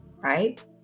right